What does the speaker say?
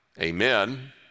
Amen